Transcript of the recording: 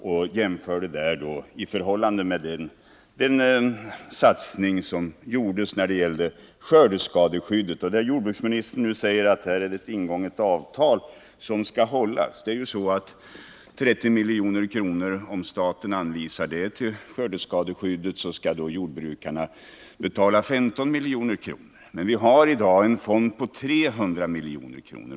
Jag gjorde därvid en jämförelse med den satsning som gjorts när det gäller skördeskadeskyddet. I det sammanhanget talar jordbruksministern om ett ingånget avtal som skall hållas. Om staten anvisar 30 milj.kr. till skördeskadeskyddet skall jordbrukarna betala 15 milj.kr. Men vi har i dag en fond på 300 milj.kr.